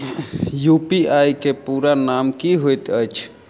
UPI केँ पूरा नाम की होइत अछि?